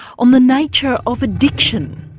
on the nature of addiction.